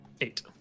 eight